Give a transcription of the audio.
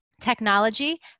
technology